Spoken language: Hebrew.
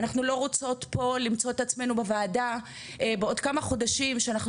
אנחנו לא רוצות פה למצוא את עצמנו בוועדה בעוד כמה חודשים שאנחנו